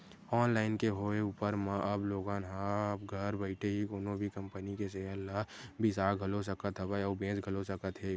online के होय ऊपर म अब लोगन ह अब घर बइठे ही कोनो भी कंपनी के सेयर ल बिसा घलो सकत हवय अउ बेंच घलो सकत हे